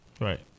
Right